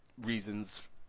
reasons